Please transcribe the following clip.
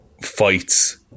Fights